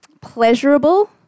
pleasurable